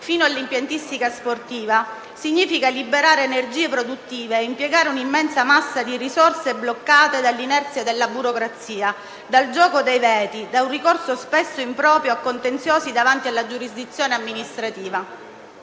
fino all'impiantistica sportiva, significa liberare energie produttive e impiegare un'immensa massa di risorse bloccate dall'inerzia della burocrazia, dal gioco dei veti, da un ricorso spesso improprio a contenziosi davanti alla giurisdizione amministrativa.